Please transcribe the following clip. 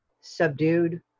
subdued